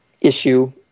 issue